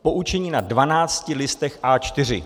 Poučení na 12 listech A4.